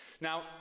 Now